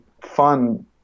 fun